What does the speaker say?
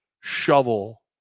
shovel